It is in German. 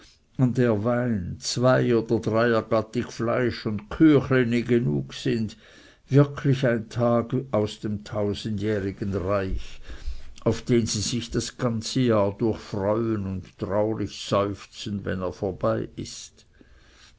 der wein zwei oder dreier gattig fleisch und küchleni genug sind wirklich ein tag aus dem tausendjährigen reich auf den sie sich das ganze jahr durch freuen und traurig seufzen wenn er vorbei ist